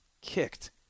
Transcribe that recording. kicked